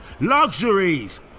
luxuries